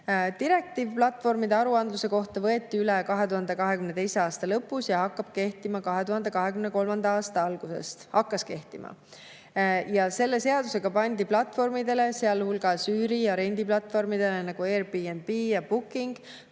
Direktiiv platvormide aruandluse kohta võeti üle 2022. aasta lõpus ja hakkas kehtima 2023. aasta alguses. Selle seadusega pandi platvormidele, sealhulgas üüri- ja rendiplatvormidele, nagu Airbnb ja Booking,